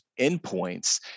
endpoints